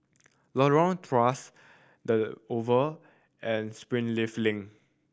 Lorong Tawas The Oval and Springleaf Link